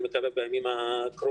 אני מקווה שכבר בימים הקרובים,